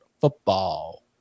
Football